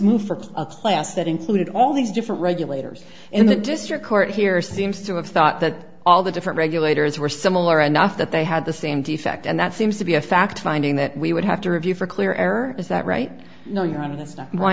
move for a class that included all these different regulators in the district court here seems to have thought that all the different regulators were similar enough that they had the same defect and that seems to be a fact finding that we would have to review for clear error is that right no your hon